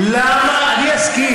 למה, אדוני יסכים?